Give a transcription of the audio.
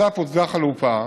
בנוסף הוצגה חלופה